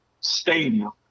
stadium